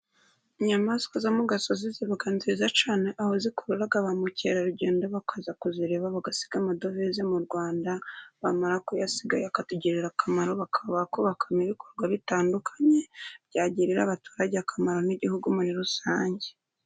Inyamaswa zo mu gasozi ziba nziza cyane aho zikurura bamukerarugendo bakaza kuzireba bagasiga amadovize mu rwanda bamara kuyasiga. Akatugirira akamaro bakubaka ibikorwa bitandukanye byagirira abaturage akamaro n'igihugu muri rusange.